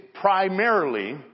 primarily